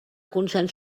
consens